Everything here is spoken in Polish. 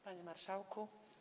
Panie Marszałku!